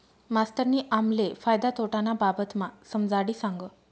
मास्तरनी आम्हले फायदा तोटाना बाबतमा समजाडी सांगं